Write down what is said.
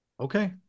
Okay